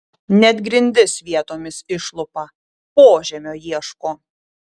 net grindis vietomis išlupa požemio ieško